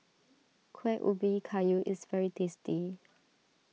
Kueh Ubi Kayu is very tasty